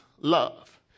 love